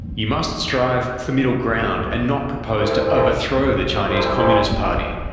you must strive for middle ground and not propose to overthrow the chinese communist party.